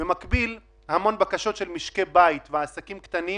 במקביל המון בקשות של משקי בית ועסקים קטנים